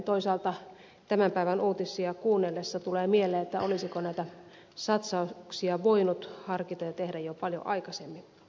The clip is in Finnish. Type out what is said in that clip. toisaalta tämän päivän uutisia kuunnellessa tulee mieleen olisiko näitä satsauksia voinut harkita ja tehdä jo paljon aikaisemmin